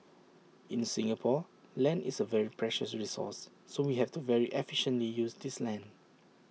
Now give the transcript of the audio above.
in Singapore land is A very precious resource so we have to very efficiently use this land